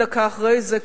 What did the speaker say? דקה אחרי זה,